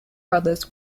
brothers